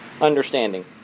understanding